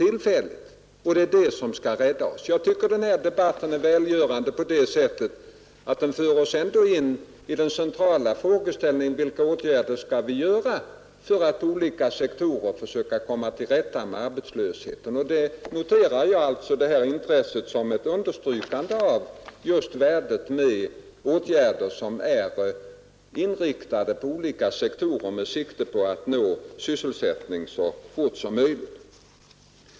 Jag tycker att denna debatt är välgörande därför att den för oss in i den centrala frågeställningen om vilka åtgärder vi bör vidta för att på olika sektorer komma till rätta med arbetslösheten. Jag noterar detta intresse som ett understrykande av värdet av åtgärder som är inriktade på att så fort som möjligt skapa sysselsättning på olika sektorer.